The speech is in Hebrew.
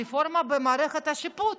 רפורמה במערכת השיפוט,